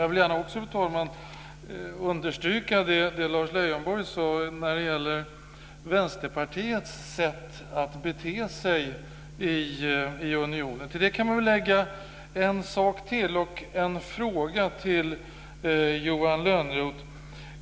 Jag vill gärna också, fru talman, understryka det som Lars Leijonborg sade om Vänsterpartiets sätt att bete sig i unionen. Till detta kan man lägga en sak till, och en fråga till Johan Lönnroth.